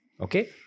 okay